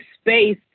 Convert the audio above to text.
space